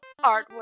artwork